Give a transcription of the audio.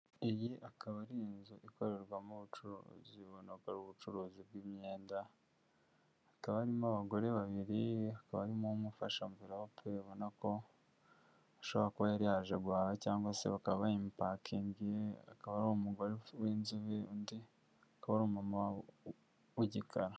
Iyi akaba ari inzu ikorerwamo ubucuruzi, ubona ko ari ubucuruzi bw'imyenda, hakaba harimo abagore babiri, hakaba harimo umwe ufashe amvelope, ubona ko ashobora kuba yari yaje guhaha, cyangwa se bakaba bayimupakingiye, akaba ari umugore w'inzobe, undi akaba ari umumama w'igikara.